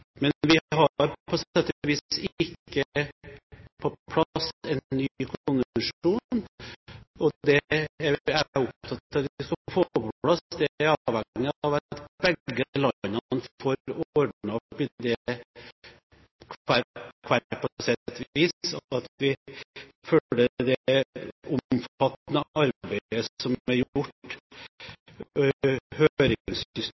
Men vi har på sett og vis ikke på plass en ny konvensjon. Det jeg er opptatt av at vi skal få på plass, er avhengig av at begge landene får ordnet opp i det hvert på sitt vis, og at vi følger det omfattende arbeidet som er gjort